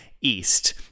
east